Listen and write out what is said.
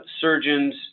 surgeons